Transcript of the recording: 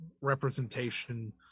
representation